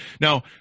now